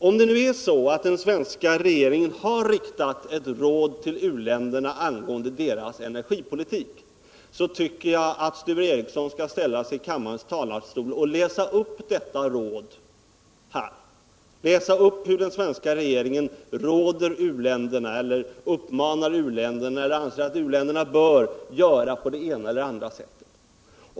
Om det nu är så att den svenska regeringen har riktat ett råd till i-länderna angående deras energipolitik, tycker jag att Sture Ericson skall ställa sig i kammarens talarstol och läsa upp det.